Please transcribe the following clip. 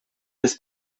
this